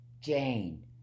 Jane